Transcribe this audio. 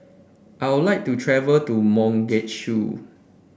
I would like to travel to Mogadishu